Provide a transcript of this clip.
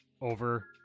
over